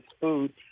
food